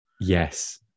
Yes